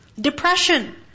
depression